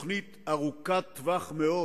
תוכנית ארוכת טווח מאוד,